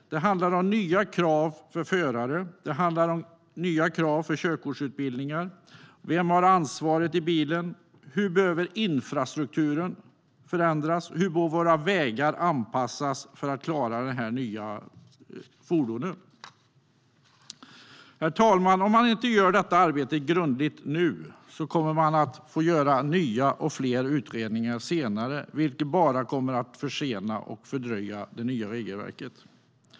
Det handlar om nya krav för förare och för körkortsutbildningen. Det handlar om vem som har ansvaret i bilen, om hur infrastrukturen behöver förändras och om hur våra vägar behöver anpassas för att klara dessa nya fordon. Om man inte gör detta arbete grundligt nu kommer man att få göra nya och fler utredningar senare, vilket bara kommer att försena och fördröja det nya regelverket.